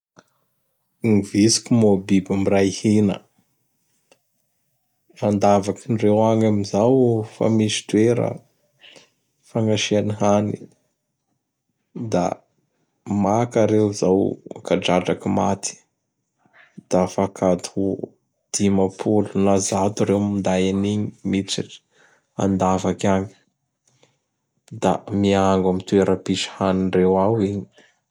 Gny vitsiky moa biby miray hina. Andavakindreo agny ami zao fa misy toera fagnasiany hany; da maka reo zao kadradraky maty; dafa kady ho dimapolo na zato ireo manday anigny miditsy andavaky agny, da miango amin'ny toera mpisy hanindreo ao igny.